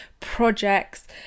projects